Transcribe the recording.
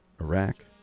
Iraq